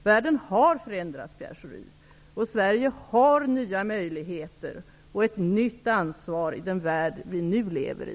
Världen har förändrats, Pierre Schori, och Sverige har nya möjligheter och ett nytt ansvar i den värld vi nu lever i.